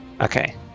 Okay